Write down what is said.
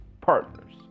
partners